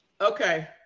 Okay